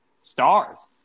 stars